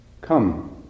Come